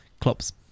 Klopp's